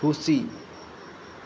ᱠᱷᱩᱥᱤ